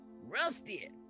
Rusty